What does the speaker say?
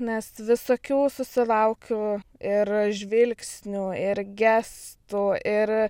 nes visokių susilaukiu ir žvilgsnių ir gestų ir